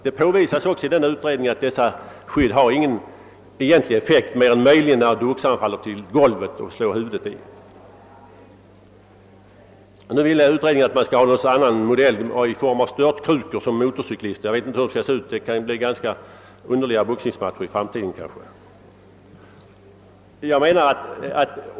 Man har också påvisat i utredningen att huvudskyddet inte har någon effekt alls — annat än möjligen om en boxare faller och slår huvudet i golvet. Utredningen vill ha en annan hjälmmodell, kanske någonting i samma stil som de »störtkrukor» som motorcyklisterna använder. Jag vet inte hur de skulle se ut, men jag förmodar att det med sådana huvudskydd skulle bli ganska underliga boxningsmatcher i framtiden.